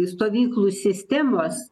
stovyklų sistemos